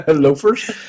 Loafers